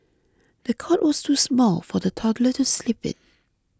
the cot was too small for the toddler to sleep in